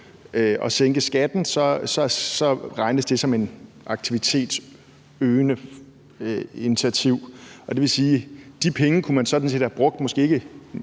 at sænke skatten, så regnes det som et aktivitetsøgende initiativ. Og det vil sige: De penge kunne man sådan set have